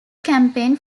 campaign